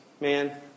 man